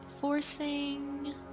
forcing